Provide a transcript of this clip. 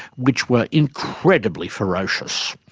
which were incredibly ferocious.